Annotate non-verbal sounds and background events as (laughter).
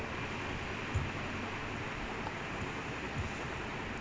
(laughs) no it's our tamil winning ஒன்னுல்ல:onnulla sir